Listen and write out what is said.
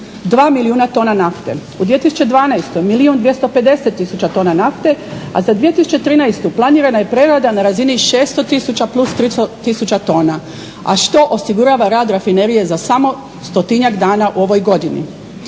2 milijuna tona nafte. U 2012. milijun 250 tisuća nafte a za 2013. planirana je prerada na razini 600 tisuća plus 300 tisuća tona a što osigurava rad rafinerije za samo stotinjak dana u ovoj godini.